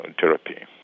therapy